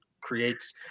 creates